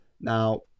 now